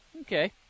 Okay